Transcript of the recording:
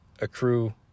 accrue